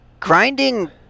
Grinding